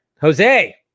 Jose